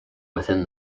within